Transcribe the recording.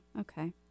Okay